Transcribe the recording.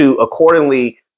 accordingly